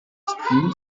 three